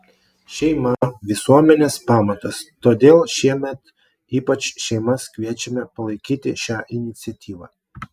šeima visuomenės pamatas todėl šiemet ypač šeimas kviečiame palaikyti šią iniciatyvą